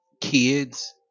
kids